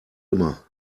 immer